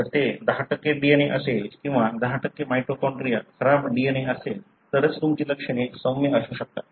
जर ते 10 DNA असेल किंवा 10 माइटोकॉन्ड्रिया खराब DNA असेल तरच तुमची लक्षणे सौम्य असू शकतात